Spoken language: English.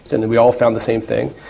and then we all found the same thing.